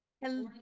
Hello